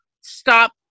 stop